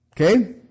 Okay